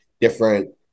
different